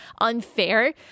unfair